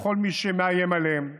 לכל מי שמאיים עליהם,